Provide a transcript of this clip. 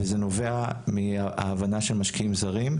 וזה נובע מההבנה של משקיעים זרים,